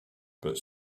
but